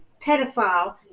pedophile